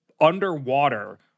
underwater